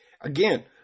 Again